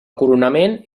coronament